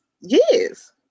Yes